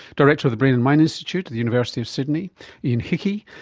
director of the brain and mind institute at the university of sydney ian hickie,